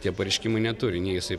tie pareiškimai neturi nei jisai